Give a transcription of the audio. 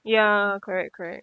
ya correct correct